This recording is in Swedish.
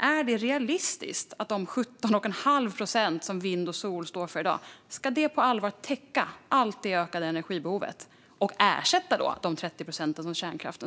Är det realistiskt att de 17,5 procent som vind och sol står för i dag ska täcka det ökade energibehovet och ersätta de 30 procenten från kärnkraften?